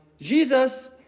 Jesus